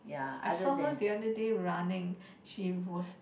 I saw her the other day running she was